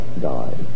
die